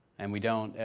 and we don't,